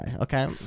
okay